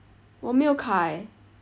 我没有卡 eh